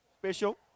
special